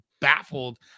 baffled